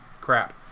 crap